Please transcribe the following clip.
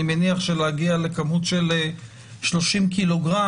אני מניח שלהגיע לכמות של שלושים קילוגרם,